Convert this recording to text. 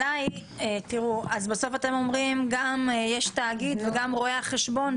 אז בסופו של דבר אתם אומרים שגם יש תאגיד וגם יש רואה חשבון,